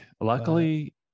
Luckily